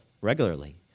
regularly